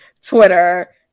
Twitter